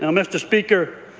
and mr. speaker,